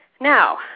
Now